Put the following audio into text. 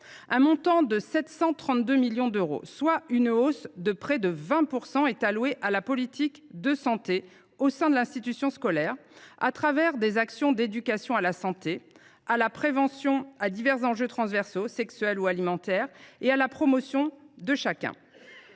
Un montant de 732 millions d’euros, en hausse de près de 20 %, est consacré à la politique de santé au sein de l’institution scolaire, au travers d’actions d’éducation à la santé, à la prévention, à divers enjeux transversaux – sexuels ou alimentaires – et à la promotion de chacun.